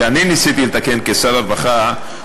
שאני ניסיתי לתקן כשר הרווחה,